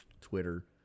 Twitter